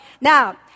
now